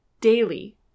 daily